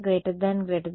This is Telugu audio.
విద్యార్థి రెండవ పదం